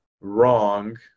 wrong